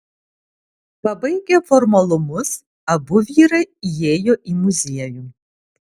pabaigę formalumus abu vyrai įėjo į muziejų